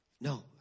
No